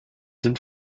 sind